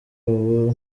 ubu